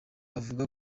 avuga